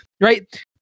right